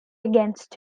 against